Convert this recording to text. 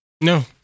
No